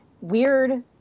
Weird